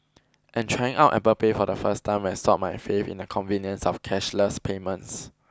and trying out Apple Pay for the first time restored my faith in the convenience of cashless payments